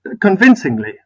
convincingly